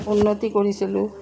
উন্নতি কৰিছিলোঁ